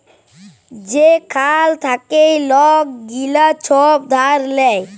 যেখাল থ্যাইকে লক গিলা ছব ধার লেয়